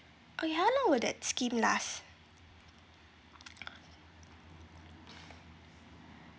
oh ya how long would that scheme last